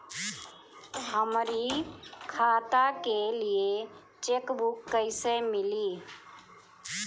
हमरी खाता के लिए चेकबुक कईसे मिली?